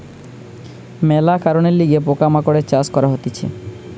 মেলা কারণের লিগে পোকা মাকড়ের চাষ করা হতিছে